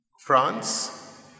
France